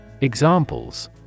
Examples